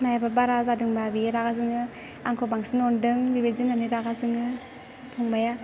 मायाबा बारा जादोंब्ला बेयो रागा जोङो आंखौ बांसिन अनदों बेबायदि होननानै रागा जोङो फंबाया